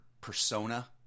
persona